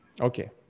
Okay